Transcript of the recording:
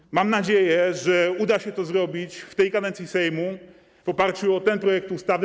I mam nadzieję, że uda się to zrobić w tej kadencji Sejmu w oparciu o ten projekt ustawy.